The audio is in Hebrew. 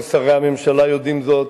כל שרי הממשלה יודעים זאת,